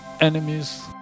enemies